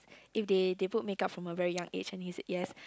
if they they put makeup from a very young age and he said yes